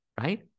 right